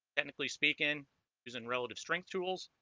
technically speak in using relative strength tools